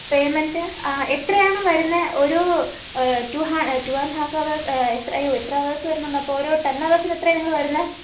payment എത്രയാണ് വരുന്നത് ഒരു two two and half hours എത്ര അയ്യോ എത്ര അവേഴ്സ് വരുന്നുണ്ട് അപ്പോൾ ഒരു ടെൻ അവേഴ്സിന് എത്രയാണ് നിങ്ങൾ വരുന്നത്